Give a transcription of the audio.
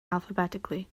alphabetically